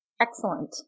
Excellent